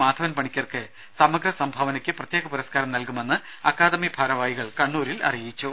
മാധവൻ പണിക്കർക്ക് സമഗ്ര സംഭാവനയ്ക്ക് പ്രത്യേക പുരസ്കാരം നൽകുമെന്നും അക്കാദമി ഭാരവാഹികൾ കണ്ണൂരിൽ അറിയിച്ചു